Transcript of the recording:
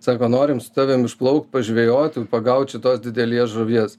sako norim su tavim išplaukt pažvejot pagaut šitos didelės žuvies